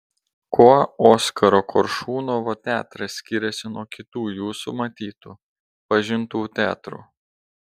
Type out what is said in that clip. kuo oskaro koršunovo teatras skiriasi nuo kitų jūsų matytų pažintų teatrų